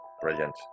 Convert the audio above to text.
Brilliant